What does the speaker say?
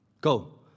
Go